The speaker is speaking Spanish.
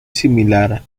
similar